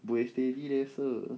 buay steady leh sir